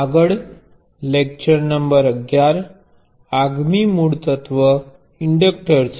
આગામી મૂળ એલિમેન્ટઇન્ડક્ટર છે